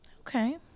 Okay